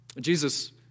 Jesus